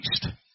Christ